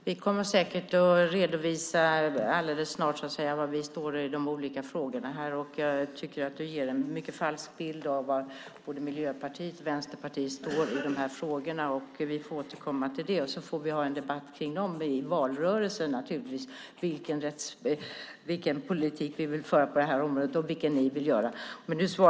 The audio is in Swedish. Herr talman! Vi kommer säkert att alldeles snart redovisa var vi står i de olika frågorna. Jag tycker att Johan Pehrson ger en mycket falsk bild av vad Miljöpartiet och Vänsterpartiet står för i dessa frågor. Vi får återkomma och ha en debatt i valrörelsen om vilken politik vi vill föra på detta område och vilken politik alliansen vill föra.